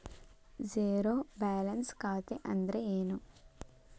Zero balance ಖಾತೆ ಅಂದ್ರೆ ಏನು?